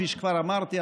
כפי שכבר אמרתי,